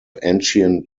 ancient